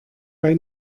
bei